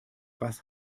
was